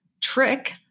trick